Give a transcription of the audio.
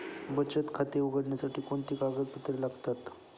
बचत खाते उघडण्यासाठी कोणती कागदपत्रे लागतात?